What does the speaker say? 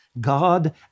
God